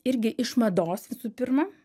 irgi iš mados visų pirma